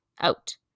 out